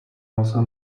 also